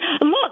look